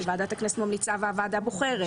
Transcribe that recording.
שוועדת הכנסת ממליצה והוועדה בוחרת,